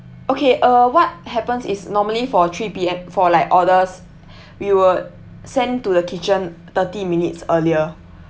okay uh what happens is normally for three P_M for like orders we will send to the kitchen thirty minutes earlier